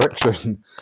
direction